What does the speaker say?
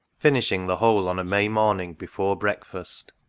finishing the whole on a may-morning, before breakfast.